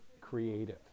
creative